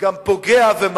החוק הזה גם פוגע ומעליב